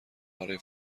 برای